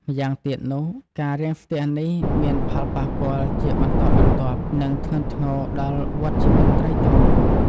ម្យ៉ាងទៀតនោះ ការរាំងស្ទះនេះមានផលប៉ះពាល់ជាបន្តបន្ទាប់ និងធ្ងន់ធ្ងរដល់ វដ្តជីវិតត្រីទាំងមូល។